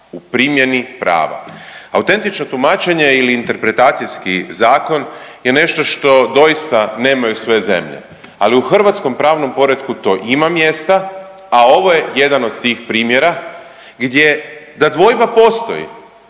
u primjeni prava. Autentično tumačenje ili interpretacijski zakon je nešto što doista nemaju sve zemlje. Ali u Hrvatskom pravnom poretku to ima mjesta, a ovo je jedan od tih primjera gdje da dvojba postoji